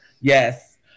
yes